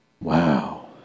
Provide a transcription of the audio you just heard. Wow